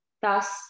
Thus